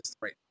right